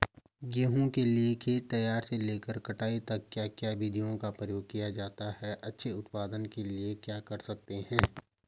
गेहूँ के लिए खेत तैयार से लेकर कटाई तक क्या क्या विधियों का प्रयोग किया जाता है अच्छे उत्पादन के लिए क्या कर सकते हैं?